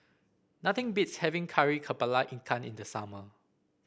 nothing beats having Kari kepala Ikan in the summer